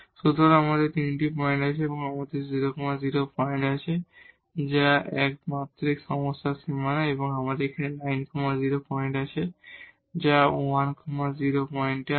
সুতরাং আমাদের তিনটি পয়েন্ট আছে আমাদের 0 0 পয়েন্ট আছে যা এই এক মাত্রিক সমস্যার বাউন্ডারি এবং এখানে আমাদের 9 0 পয়েন্ট আছে এবং আমাদের 1 0 পয়েন্ট আছে